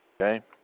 Okay